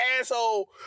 asshole